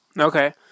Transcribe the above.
Okay